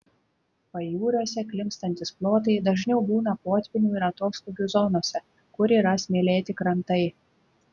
pajūriuose klimpstantys plotai dažniau būna potvynių ir atoslūgių zonose kur yra smėlėti krantai